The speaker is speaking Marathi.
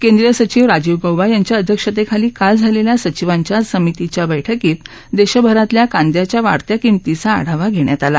केंद्रीय सचिव राजीव गौबा यांच्या अध्यक्षतेखाली काल झालेल्या सचिवांच्या समितींच्या बैठकीत देशभरातल्या कांद्याच्या वाढत्या किंमतीचा आढावा घेण्यात आला